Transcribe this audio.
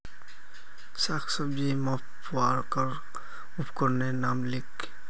साग सब्जी मपवार उपकरनेर नाम लिख?